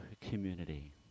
community